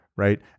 Right